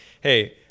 hey